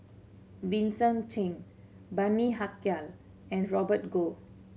Vincent Cheng Bani Haykal and Robert Goh